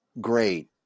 great